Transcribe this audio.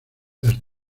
las